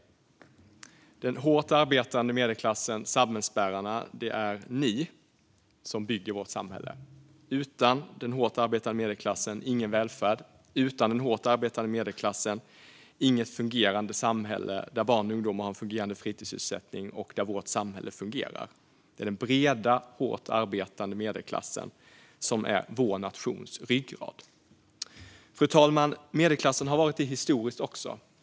Det är den hårt arbetande medelklassen, samhällsbärarna, som bygger vårt samhälle. Utan den hårt arbetande medelklassen har vi ingen välfärd. Utan den hårt arbetande medelklassen har vi inget fungerande samhälle där barn och ungdomar har en fungerande fritidssysselsättning eller ett fungerande samhälle över huvud taget. Det är den breda, hårt arbetande medelklassen som är vår nations ryggrad. Fru talman! Medelklassen har varit det även historiskt.